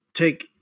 take